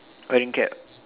wearing cap